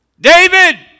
David